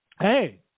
Hey